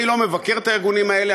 אני לא מבקר את הארגונים האלה,